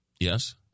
Yes